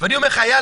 ואם תגיד שהאימא